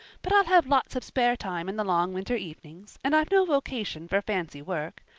but i'll have lots of spare time in the long winter evenings, and i've no vocation for fancy work.